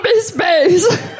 Space